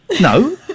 No